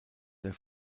der